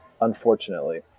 unfortunately